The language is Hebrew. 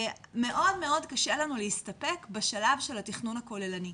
מאוד מאוד קשה לנו להסתפק בשלב של התכנון הכוללני.